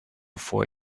for